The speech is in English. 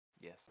Yes